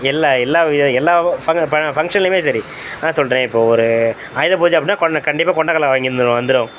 எல்லா எல்லா எ எல்லாவோ ஃபக ப ஃபங்க்ஷன்லையுமே சரி அதான் சொல்லுறேன் இப்போ ஒரு ஆயுத பூஜை அப்படின்னா கொண்டை கண்டிப்பாக கொண்டைக் கல்லை வாங்கி வந்துருவோம் வந்துரும்